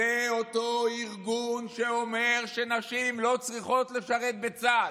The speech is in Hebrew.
זה אותו ארגון שאומר שנשים לא צריכות לשרת בצה"ל,